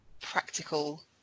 practical